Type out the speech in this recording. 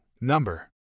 Number